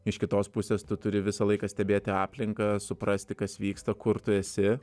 iš kitos pusės tu turi visą laiką stebėti aplinką suprasti kas vyksta kur tu esi